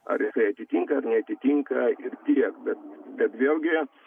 ar jisai atitinka ar neatitinka ir tiek bet bet vėlgi